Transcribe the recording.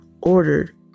ordered